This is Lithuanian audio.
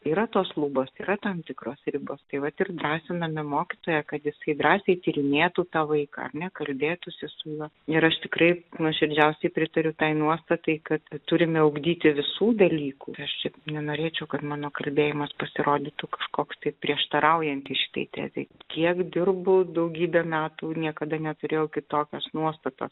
yra tos lubos yra tam tikros ribos tai vat ir drąsiname mokytoją kad jisai drąsiai tyrinėtų tą vaiką ar ne kalbėtųsi su juo ir aš tikrai nuoširdžiausiai pritariu tai nuostatai kad turime ugdyti visų dalykų ir aš čia nenorėčiau kad mano kalbėjimas pasirodytų kažkoks tai prieštaraujantis šitai tezei kiek dirbu daugybę metų niekada neturėjau kitokios nuostatos